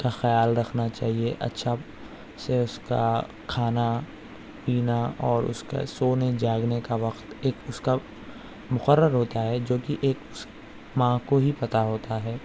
کا خیال رکھنا چاہیے اچھا سے اُس کا کھانا پینا اور اُس کا سونے جاگنے کا وقت ایک اُس کا مقرر ہوتا ہے جو کہ ایک اُس ماں کو ہی پتا ہوتا ہے